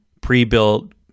pre-built